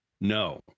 no